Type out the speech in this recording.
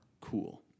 cool